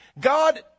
God